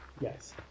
Yes